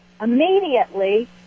immediately